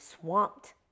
swamped